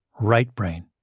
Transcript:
right-brain